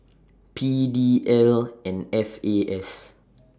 P D L and F A S